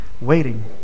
waiting